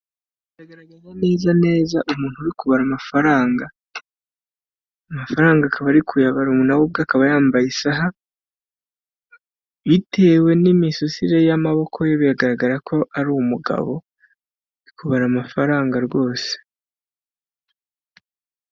Iyi foto iragaragaza neza neza umuntu uri kubara amafaranga. Amafaranga akaba ari kuya bara akaba yambaye isaha, bitewe n'imisusire y'amaboko ye biragaragara ko ari umugabo uri kubara amafaranga rwose.